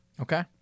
Okay